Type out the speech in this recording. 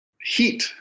heat